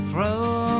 Throw